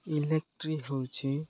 electric ହଉଛି